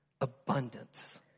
abundance